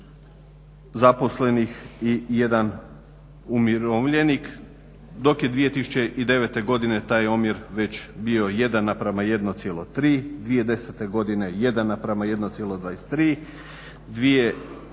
zaposlenih i 1 umirovljenik, dok je 2009. godine taj omjer već bio 1:1,3, 2010. godine 1:1,23, 2011.